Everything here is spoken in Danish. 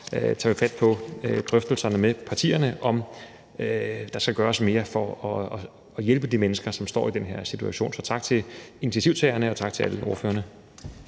tager vi fat på drøftelserne med partierne om, om der skal gøres mere for at hjælpe de mennesker, som står i den her situation. Så tak til initiativtagerne, og tak til alle ordførerne.